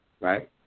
right